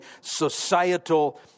societal